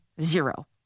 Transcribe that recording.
zero